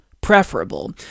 preferable